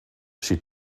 she